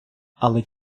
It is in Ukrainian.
але